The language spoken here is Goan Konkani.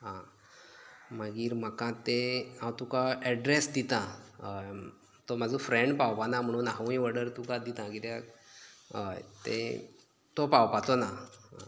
आं मागीर म्हाका तें हांव तुका ऍड्रेस दिता हय तो म्हाजो फ्रेंड पावपाना म्हणून हांव ही ऑर्डर तुकां दिता कित्याक हय तें तो पावपाचो ना